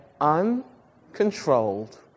uncontrolled